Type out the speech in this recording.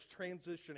transitioning